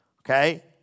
Okay